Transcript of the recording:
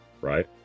right